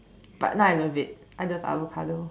but now I love it I love avocado